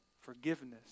forgiveness